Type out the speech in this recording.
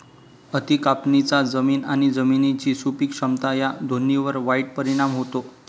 अति कापणीचा जमीन आणि जमिनीची सुपीक क्षमता या दोन्हींवर वाईट परिणाम होतो